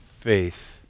faith